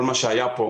כל מה שהיה כאן,